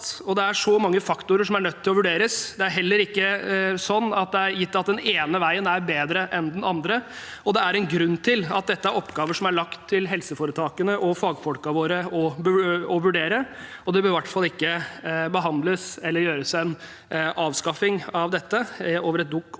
det er mange faktorer som er nødt til å vurderes. Det er heller ikke gitt at den ene veien er bedre enn den andre. Det er en grunn til at dette er oppgaver som er lagt til helseforetakene og fagfolkene våre å vurdere, og det vil i hvert fall ikke bli behandlet eller avskaffet gjennom et